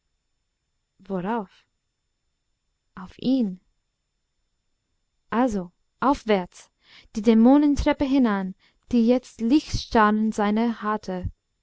worauf auf ihn also aufwärts die dämonentreppe hinan die jetzt lichtstarrend seiner harrte